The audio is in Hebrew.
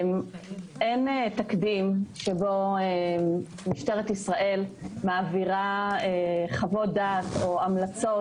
אין תקדים שבו משטרת ישראל מעבירה חוות דעת או המלצות